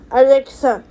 alexa